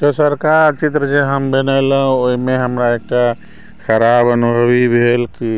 जो सरकार चित्र जे हम बनेलहुॅं ओहि मे हमरा एकटा खराब अनुभव ई भेल की